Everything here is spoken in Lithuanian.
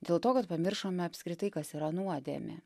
dėl to kad pamiršome apskritai kas yra nuodėmė